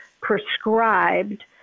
prescribed